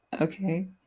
okay